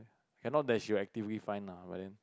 cannot there show activity find now wouldn't